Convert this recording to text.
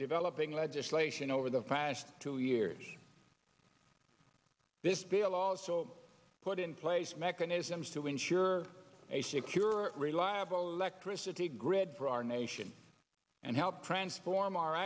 developing legislation over the past two years this bill also put in place mechanisms to ensure a secure reliable electricity grid for our nation and help transform our